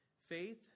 Faith